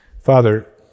Father